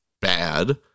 bad